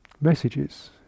messages